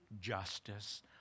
justice